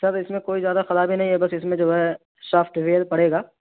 سر اس میں کوئی زیادہ خرابی نہیں ہے بس اس میں جو ہے سافٹ ویئر پڑے گا